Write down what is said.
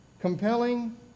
compelling